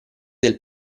del